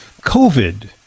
COVID